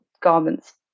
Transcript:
garments